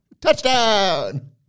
touchdown